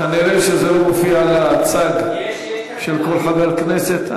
כנראה זה לא מופיע על הצג של כל חבר כנסת.